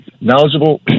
knowledgeable